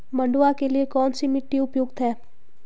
मंडुवा के लिए कौन सी मिट्टी उपयुक्त है?